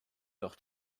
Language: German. doch